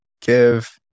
give